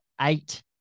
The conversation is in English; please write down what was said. eight